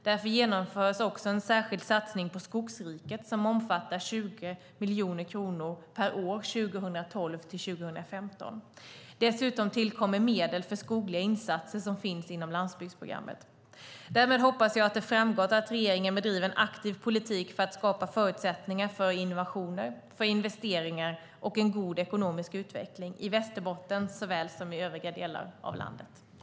Därför genomförs också en särskild satsning på Skogsriket som omfattar 20 miljoner kronor per år 2012-2015. Dessutom tillkommer medel för skogliga insatser som finns inom landsbygdsprogrammet. Därmed hoppas jag att det framgått att regeringen bedriver en aktiv politik för att skapa förutsättningar för innovationer, investeringar och en god ekonomisk utveckling, i Västerbotten såväl som i alla övriga delar av landet.